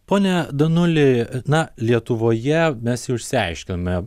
pone danuli na lietuvoje mes jau išsiaiškinome